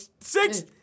Six